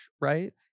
right